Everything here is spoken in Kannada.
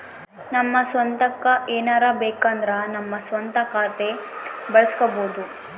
ನಮ್ಮ ಸ್ವಂತಕ್ಕ ಏನಾರಬೇಕಂದ್ರ ನಮ್ಮ ಸ್ವಂತ ಖಾತೆ ಬಳಸ್ಕೋಬೊದು